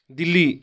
Delhi